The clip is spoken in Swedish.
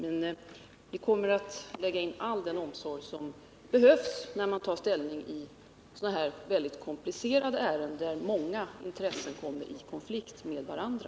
Vi kommer emellertid att lägga ned all den omsorg som behövs när man har att ta ställning i sådana här mycket komplicerade ärenden, där många intressen kommer i konflikt med varandra.